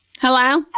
Hello